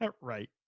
Right